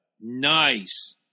Nice